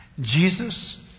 Jesus